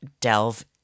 delve